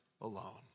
alone